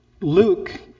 Luke